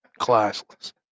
Classless